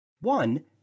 One